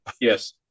Yes